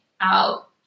out